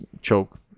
choke